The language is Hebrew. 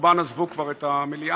רובן עזבו כבר את המליאה,